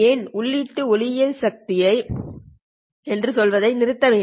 ஏன் இஉள்ளீட்டு ஒளியியல் சக்தி அளவை 1mw என்று சொல்வதை நிறுத்த வேண்டும்